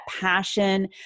passion